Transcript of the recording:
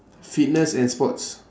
fitness and sports